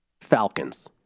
Falcons